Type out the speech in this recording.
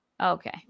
okay